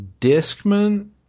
Discman